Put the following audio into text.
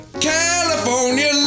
California